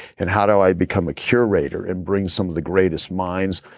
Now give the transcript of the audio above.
and how do i become a curator and bring some of the greatest minds,